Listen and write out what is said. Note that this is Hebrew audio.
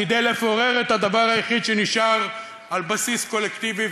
כדי לפורר את הדבר היחיד שנשאר על בסיס קולקטיבי,